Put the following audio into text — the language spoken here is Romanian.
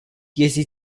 este